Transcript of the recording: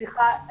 סליחה,